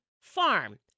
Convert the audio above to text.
farm